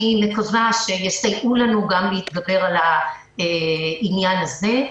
אני מקווה שיסייעו לנו להתגבר על העניין הזה.